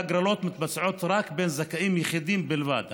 ההגרלות מתבצעות רק בין זכאים יחידים בלבד.